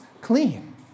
clean